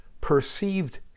perceived